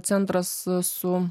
centras su